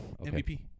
MVP